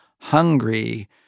hungry